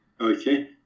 okay